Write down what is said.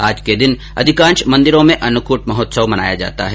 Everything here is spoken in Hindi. आज के दिन अधिकांश मन्दिरों में अन्नकूट महोत्सव मनाया जाता है